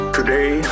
today